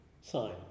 sign